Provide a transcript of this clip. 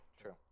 True